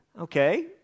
Okay